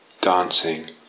dancing